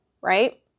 right